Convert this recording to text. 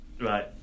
Right